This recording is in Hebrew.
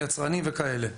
יצרנים וכאלה.